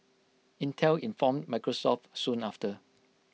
Intel informed Microsoft soon after